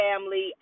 family